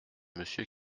monsieur